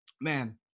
Man